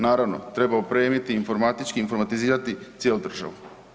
Naravno, treba opremiti informatički, informatizirati cijelu državu.